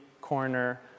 corner